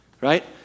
Right